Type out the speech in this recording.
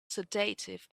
sedative